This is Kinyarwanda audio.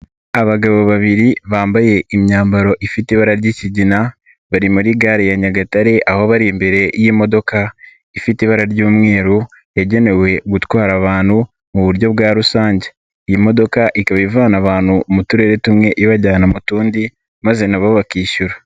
Abagabo babiri bambaye imyambaro ifite ibara ry'ikigina, bari muri gare ya Nyagatare, aho bari imbere y'imodoka, ifite ibara ry'umweru, yagenewe gutwara abantu mu buryo bwa rusange, iyi modoka ikaba ivana abantu mu turere tumwe, ibajyana mu tundi maze na bo bakishyura.